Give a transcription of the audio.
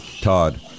Todd